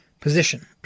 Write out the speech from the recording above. Position